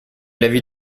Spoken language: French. l’avis